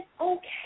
okay